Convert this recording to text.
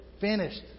Finished